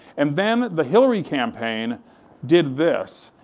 and then the hillary campaign did this,